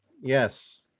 Yes